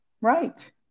Right